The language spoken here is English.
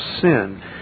sin